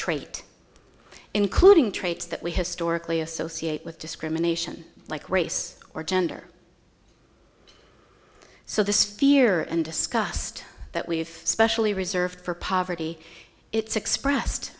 trait including traits that we historically associate with discrimination like race or gender so this fear and discussed that we have specially reserved for poverty it's expressed